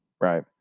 right